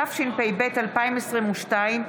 התשפ"ב 2022,